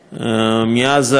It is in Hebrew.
מאז האירוע הזה,